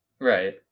Right